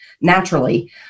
naturally